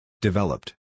Developed